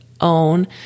own